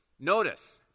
notice